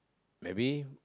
maybe